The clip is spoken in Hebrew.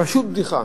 פשוט בדיחה,